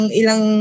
ilang